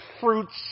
fruits